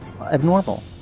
abnormal